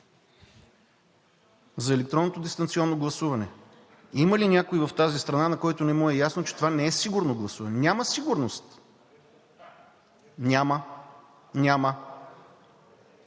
За електронното дистанционно гласуване. Има ли някой в тази страна, на който не му е ясно, че това не е сигурно гласуване, няма сигурност? (Шум